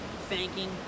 thanking